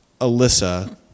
Alyssa